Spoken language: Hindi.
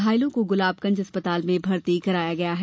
घायलों को गुलाबगंज अस्पताल में भर्ती कराया गया है